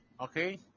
okay